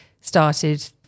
started